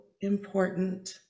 important